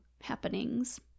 happenings